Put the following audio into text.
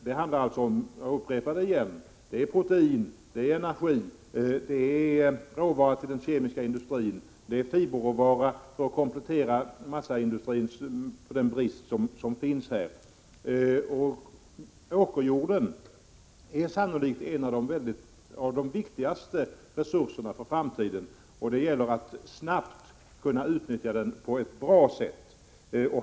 Det handlar om — jag upprepar det — protein, energi, råvara till den kemiska industrin och fiberråvara för att kompensera massaindustrin för den brist som där råder. Åkerjorden är sannolikt en av de viktigaste resurserna för framtiden, och det gäller att snabbt kunna utnyttja den på ett bra sätt.